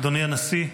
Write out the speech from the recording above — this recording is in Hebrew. אדוני הנשיא,